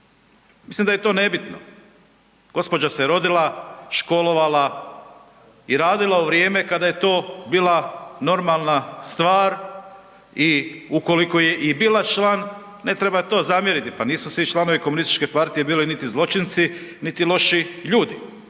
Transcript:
Mislim da je to nebitno, gospođa se rodila, školovala i radila u vrijeme kada je to bila normalna stvar i ukoliko je i bila član, ne treba to zamjeriti, pa nisu svi članovi KP bili niti zločinci niti lošiji ljudi